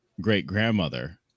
great-grandmother